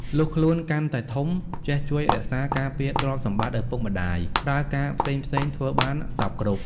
លុះខ្លួន កាន់តែធំ ចេះជួយរក្សាការពារទ្រព្យសម្បត្ដិ ឪពុកម្ដាយ ប្រើការផ្សេងៗធ្វើបានសព្វគ្រប់។